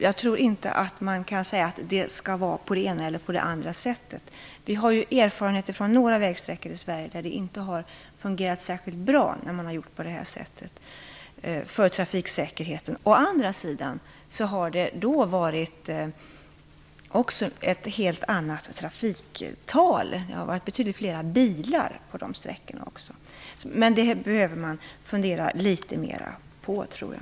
Jag tror inte att man kan säga att det skall vara på det ena eller andra sättet. Vi har ju erfarenheter från några vägsträckor i Sverige där det inte har fungerat särskilt bra för trafiksäkerheten när man har gjort på det här viset. Å andra sidan har det då också varit fråga om ett helt annat trafiktal - det har rört sig om betydligt fler bilar på de sträckorna. Men detta behöver man fundera litet mer över, tror jag.